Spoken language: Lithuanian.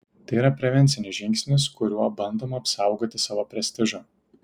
tai yra prevencinis žingsnis kuriuo bandoma apsaugoti savo prestižą